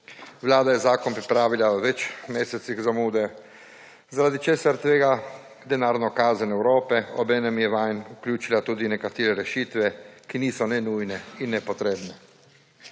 Vlada je zakon pripravila v več mesecih zamude, zaradi česar tvega denarno kazen Evrope. Obenem je vanj vključila tudi nekatere rešitve, ki niso ne nujne in ne potrebne.